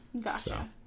Gotcha